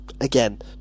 again